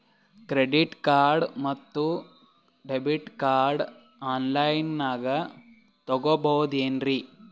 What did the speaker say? Credit card ಮತ್ತು debit card on ಲೈನಾಗ್ ತಗೋಬಹುದೇನ್ರಿ?